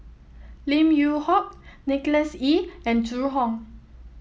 Lim Yew Hock Nicholas Ee and Zhu Hong